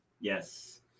Yes